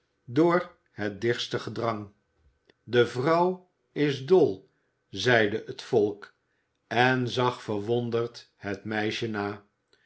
door het dichtste gedrang de vrouw is dol zeide het volk en zag verwonderd het meisje na